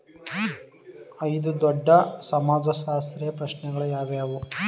ಐದು ದೊಡ್ಡ ಸಮಾಜಶಾಸ್ತ್ರೀಯ ಪ್ರಶ್ನೆಗಳು ಯಾವುವು?